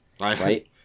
right